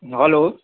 hello